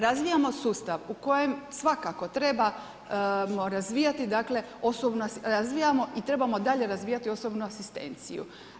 Razvijamo sustav u kojem svakako trebamo razvijati dakle, razvijamo i trebamo dalje razvijati osobnu asistenciju.